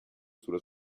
sulla